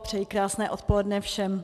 Přeji krásné odpoledne všem.